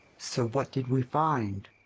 so what did we find?